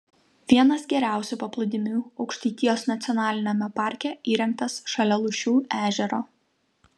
vienas geriausių paplūdimių aukštaitijos nacionaliniame parke įrengtas šalia lūšių ežero